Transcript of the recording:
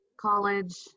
college